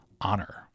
honor